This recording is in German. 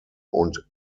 und